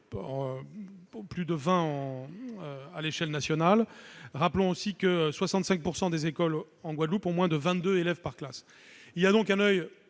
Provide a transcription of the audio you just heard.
plus de 20 à l'échelle nationale ; rappelons aussi que 65 % des écoles en Guadeloupe ont moins de 22 élèves par classe. Le taux